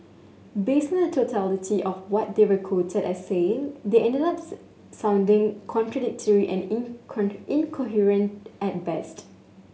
based on the totality of what they were quoted as saying they ended ups sounding contradictory and incoherent at best